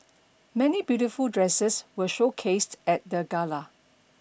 many beautiful dresses were showcased at the gala